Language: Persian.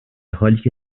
حالیکه